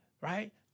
right